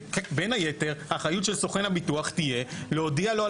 בין היתר האחריות של סוכן הביטוח תהיה להודיע לו על